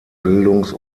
bildungs